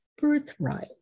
birthright